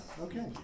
Okay